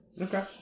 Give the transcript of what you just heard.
Okay